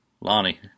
Lonnie